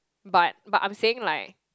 but but I'm saying like